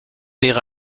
wäre